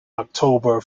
october